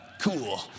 cool